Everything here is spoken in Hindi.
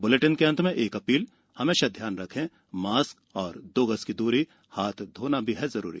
इस बुलेटिन के अंत मे एक अपील हमेशा ध्यान रखे मास्क और दो गज की दूरी हाथ धोना भी है जरूरी